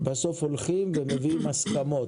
בסוף הולכים ומביאים הסכמות.